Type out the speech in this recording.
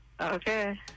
Okay